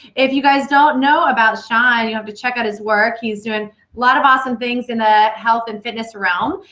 if you guys don't know about shawn, you have to check out his work. he's doing a lot of awesome things in the health and fitness realm.